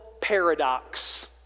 paradox